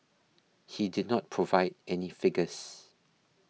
he did not provide any figures